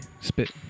Spit